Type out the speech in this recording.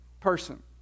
person